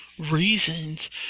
reasons